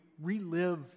relive